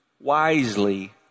wisely